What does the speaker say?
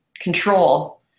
control